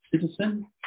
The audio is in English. citizen